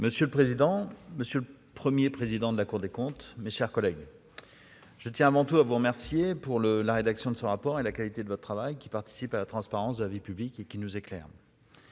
Vincent Segouin. Monsieur le Premier président de la Cour des comptes, je tiens avant tout à vous remercier pour la rédaction de ce rapport et la qualité de votre travail, qui participe à la transparence de la vie publique et qui nous éclaire.